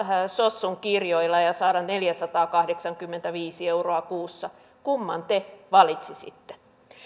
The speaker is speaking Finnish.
sossun kirjoilla ja ja saada neljäsataakahdeksankymmentäviisi euroa kuussa kumman te valitsisitte